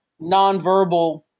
nonverbal